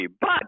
But-